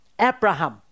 Abraham